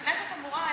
הכנסת אמורה,